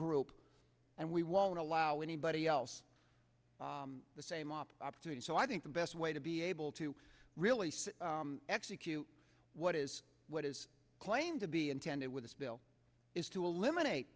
group and we won't allow anybody else the same opportunity so i think the best way to be able to release execu what is what is claimed to be intended with this bill is to eliminate